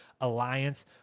alliance